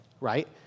right